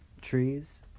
Trees